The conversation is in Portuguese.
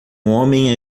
homem